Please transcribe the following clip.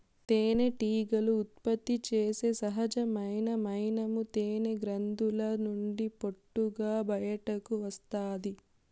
తేనెటీగలు ఉత్పత్తి చేసే సహజమైన మైనము తేనె గ్రంధుల నుండి పొట్టుగా బయటకు వస్తాది